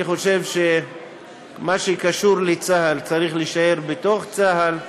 אני חושב שמה שקשור לצה"ל צריך להישאר בתוך צה"ל,